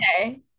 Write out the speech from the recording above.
Okay